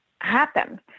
happen